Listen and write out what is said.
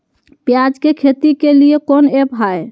प्याज के खेती के लिए कौन ऐप हाय?